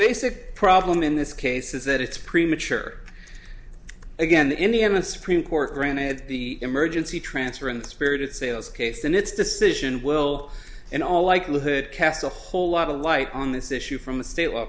basic problem in this case is that it's premature again in the m a supreme court granted the emergency transfer unspirited sales case and its decision will in all likelihood cast a whole lot of light on this issue from a state law